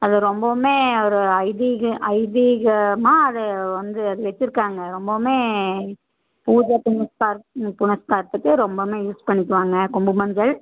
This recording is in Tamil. அது ரொம்பவுமே ஒரு ஐதீகம் ஐதீகமாக அதை வந்து அது வச்சிருக்காங்க ரொம்பவுமே பூஜை புனஸ்காரம் ம் புனஸ்காரத்துக்கு ரொம்பவுமே யூஸ் பண்ணிப்பாங்க கொம்பு மஞ்சள்